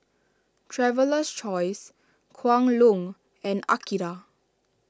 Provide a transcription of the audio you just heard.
Traveler's Choice Kwan Loong and Akira